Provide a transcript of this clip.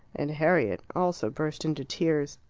and harriet also burst into tears.